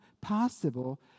possible